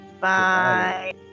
Bye